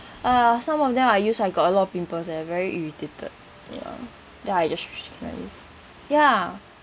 uh some of them I use I got a lot of pimples eh very irritated ya then I just cannot use ya